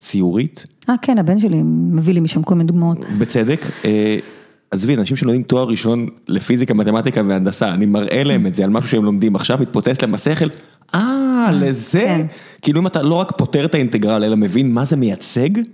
ציורית? אה, כן, הבן שלי מביא לי משם כל מיני דוגמאות. בצדק. עזבי, אנשים שלומדים תואר ראשון לפיזיקה, מתמטיקה והנדסה, אני מראה להם את זה על משהו שהם לומדים עכשיו, מתפוטס למסכל, אה, לזה? כאילו אם אתה לא רק פותר את האינטגרל, אלא מבין מה זה מייצג.